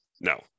No